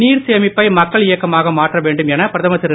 நீர் சேமிப்பை மக்கள் இயக்கமாக மாற்ற வேண்டும் என பிரதமர் திரு